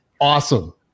awesome